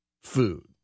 food